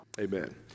amen